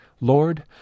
Lord